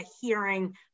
hearing